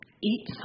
Eat